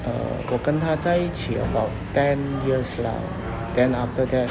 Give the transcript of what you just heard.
uh 我跟她在一起 about ten years lah then after that